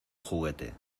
juguete